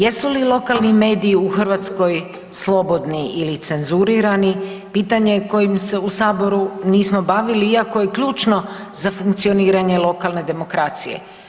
Jesu li lokalni mediji u Hrvatskoj slobodni ili cenzurirani pitanje je kojim se u Saboru bavili iako je ključno za funkcioniranje lokalne demokracije.